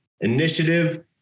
initiative